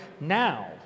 now